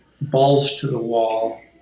balls-to-the-wall